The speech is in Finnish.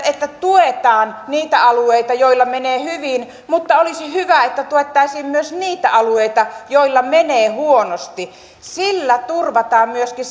tuetaan niitä alueita joilla menee hyvin mutta olisi hyvä että tuettaisiin myös niitä alueita joilla menee huonosti sillä turvattaisiin myöskin